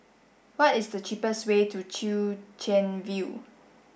what is the cheapest way to Chwee Chian View